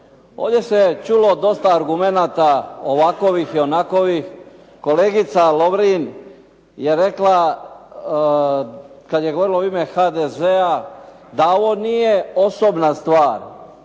Ovdje se čulo dosta argumenata ovakovih i onakovih. Kolegica Lovrin je rekla, kad je govorila u ime HDZ-a da ovo nije osobna stvar,